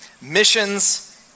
missions